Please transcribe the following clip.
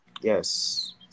Yes